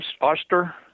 Oster